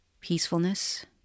peacefulness